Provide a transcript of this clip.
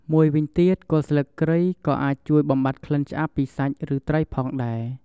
មួយវិញទៀតគល់ស្លឹកគ្រៃក៏អាចជួយបំបាត់ក្លិនឆ្អាបពីសាច់ ឬត្រីផងដែរ។